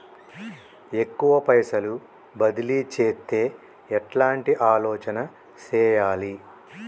ఎక్కువ పైసలు బదిలీ చేత్తే ఎట్లాంటి ఆలోచన సేయాలి?